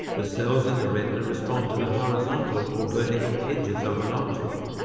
the cells in the retina respond to the horizontal or vertical edges of an object,